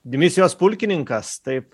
dimisijos pulkininkas taip